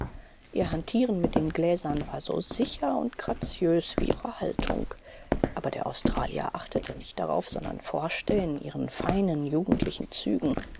ihr hantieren mit den gläsern war so sicher und graziös wie ihre haltung aber der australier achtete nicht darauf sondern forschte in ihren feinen jugendlichen zügen